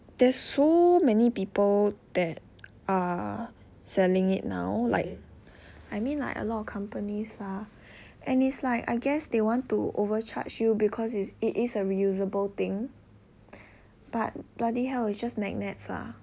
there's so many people that are selling it now like I mean like a lot of companies lah and it's like I guess they want to overcharge you because it is a reuseable thing but bloody hell it's just magnets lah